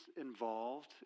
involved